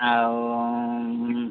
ଆଉ